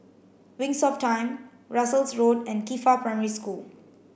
Wings of Time Russels Road and Qifa Primary School